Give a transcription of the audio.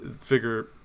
figure